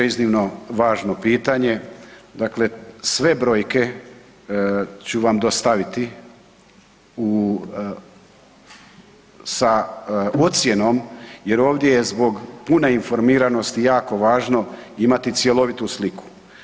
Iznimno važno pitanje, dakle, sve brojke ću vam dostaviti sa ocjenom jer je ovdje zbog pune informiranosti jako važno imati cjelovitu sliku.